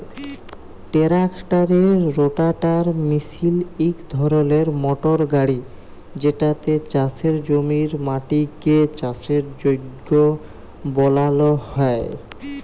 ট্রাক্টারের রোটাটার মিশিল ইক ধরলের মটর গাড়ি যেটতে চাষের জমির মাটিকে চাষের যগ্য বালাল হ্যয়